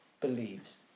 believes